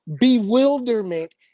bewilderment